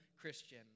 Christian